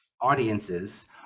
audiences